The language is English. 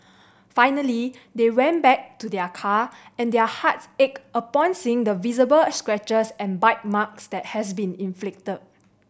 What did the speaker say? finally they went back to their car and their hearts ached upon seeing the visible scratches and bite marks that had been inflicted